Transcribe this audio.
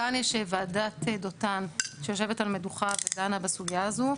כאן יש את ועדת דותן שיושבת על מדוכה ודנה בסוגיה הזו.